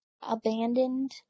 abandoned